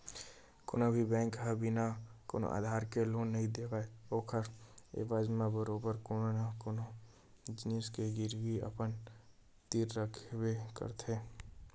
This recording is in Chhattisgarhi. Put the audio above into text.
कोनो भी बेंक ह बिना कोनो आधार के लोन नइ देवय ओखर एवज म बरोबर कोनो न कोनो जिनिस के गिरवी अपन तीर रखबे करथे